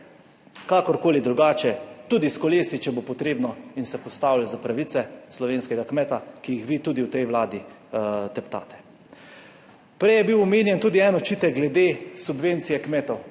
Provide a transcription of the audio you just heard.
kakorkoli drugače, tudi s kolesi, če bo potrebno in se postavili za pravice slovenskega kmeta, ki jih vi tudi v tej Vladi teptate. Prej je bil omenjen tudi en očitek glede subvencije kmetov,